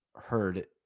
heard